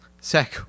...sec